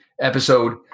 episode